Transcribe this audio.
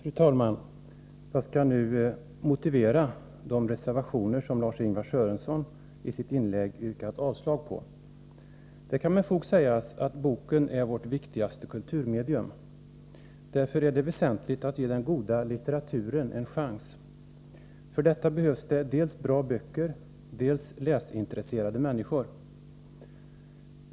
Fru talman! Jag skall nu motivera de reservationer som Lars-Ingvar Sörenson i sitt inlägg yrkat avslag på. Det kan med fog sägas att boken är vårt viktigaste kulturmedium. Därför är det väsentligt att ge den goda litteraturen en chans. För detta behövs det dels bra böcker, dels läsintresserade människor.